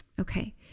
Okay